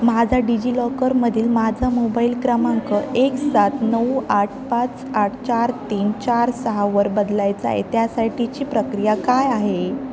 माझा डिजिलॉकरमधील माझा मोबाईल क्रमांक एक सात नऊ आठ पाच आठ चार तीन चार सहावर बदलायचा आहे त्यासाठीची प्रक्रिया काय आहे